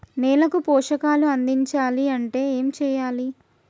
నేలకు పోషకాలు అందించాలి అంటే ఏం చెయ్యాలి?